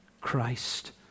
Christ